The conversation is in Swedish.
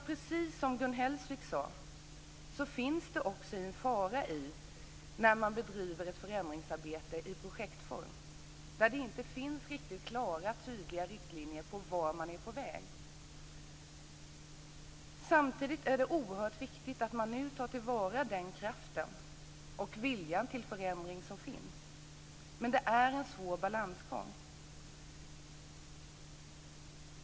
Precis som Gun Hellsvik sade finns det en fara i att bedriva ett förändringsarbete i projektform. Det finns inte riktigt klara och tydliga riktlinjer för vart man är på väg. Samtidigt är det oerhört viktigt att vi nu tar till vara den kraft och den vilja till förändring som finns, men det är en svår balansgång.